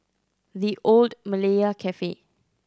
The Old Malaya Cafe